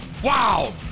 Wow